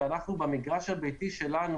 ואנחנו במגרש הביתי שלנו,